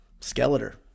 Skeletor